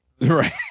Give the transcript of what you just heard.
right